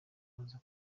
baza